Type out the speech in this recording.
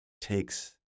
takes